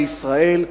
בישראל,